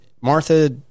Martha